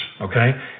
okay